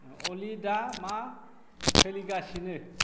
अलि दा मा सोलिगासिनो